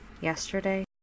yesterday